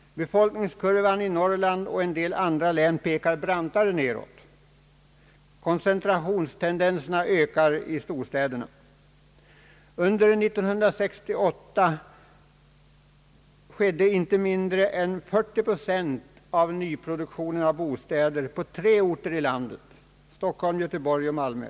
Befolkningskurvan i Norrland och en del andra län pekar brantare nedåt. Koncentrationstendenserna ökar i storstäderna. Under 1968 skedde inte mindre än 40 procent av nyproduktionen av bostäder på tre orter i landet, Stockholm, Göteborg och Malmö.